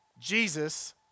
Jesus